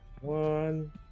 One